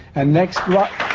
and next